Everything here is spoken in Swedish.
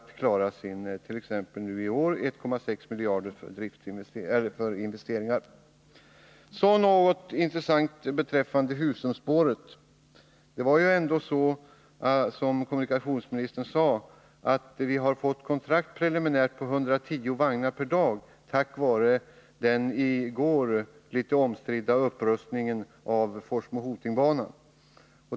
I år får man t.ex. 1,6 miljarder för dessa. Så något intressant beträffande Husumspåret. Det är ändå så som kommunikationsministern sade att vi har fått preliminära kontrakt på 110 vagnar per dag tack var den i går litet omstridda upprustningen av Forsmo-Hoting-banan.